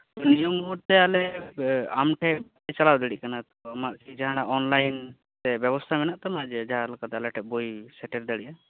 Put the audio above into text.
ᱱᱤᱭᱟᱹ ᱢᱩᱦᱩᱨ ᱛᱮ ᱟᱞᱮ ᱟᱢᱴᱷᱮᱡ ᱵᱟᱞᱮ ᱪᱟᱞᱟᱣ ᱫᱟᱲᱮᱭᱟᱜ ᱠᱟᱱᱟ ᱟᱢᱟᱜ ᱠᱤ ᱡᱟᱦᱟᱸᱱᱟᱜ ᱚᱱᱞᱟᱭᱤᱱ ᱨᱮᱱᱟᱜ ᱵᱮᱵᱚᱥᱛᱟ ᱢᱮᱱᱟᱜ ᱛᱟᱢᱟ ᱡᱮ ᱡᱟᱦᱟᱸ ᱞᱮᱠᱟᱛᱮ ᱟᱞᱮᱴᱷᱟᱡ ᱵᱳᱭ ᱥᱮᱴᱮᱨ ᱫᱟᱲᱮᱭᱟᱜᱼᱟ